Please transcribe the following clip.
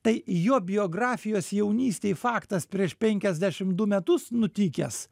tai jo biografijos jaunystėj faktas prieš penkiasdešimt du metus nutikęs